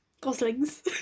Goslings